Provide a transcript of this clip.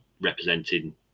representing